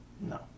No